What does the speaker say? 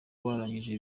barangije